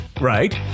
Right